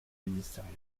ministériel